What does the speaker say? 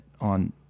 on